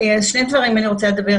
על שני דברים אני רוצה לדבר.